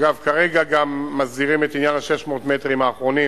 אגב, כרגע מסדירים את עניין 600 המטרים האחרונים